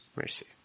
Mercy